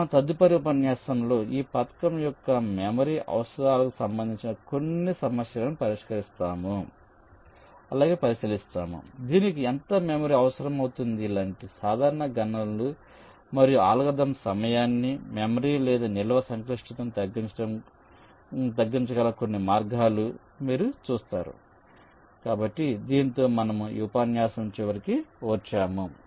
కాబట్టి మన తదుపరి ఉపన్యాసంలో ఈ పథకం యొక్క మెమరీ అవసరాలకు సంబంధించిన కొన్ని సమస్యలను పరిశీలిస్తాము దీనికి ఎంత మెమరీ అవసరమవుతుంది లాంటి సాధారణ గణనలు మరియు అల్గోరిథం సమయాన్ని మెమరీ లేదా నిల్వ సంక్లిష్టతను తగ్గించగల కొన్ని మార్గాలు మీరు చూస్తారు కాబట్టి దీనితో మనము ఈ ఉపన్యాసం చివరికి వచ్చాము